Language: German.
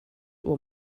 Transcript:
uhr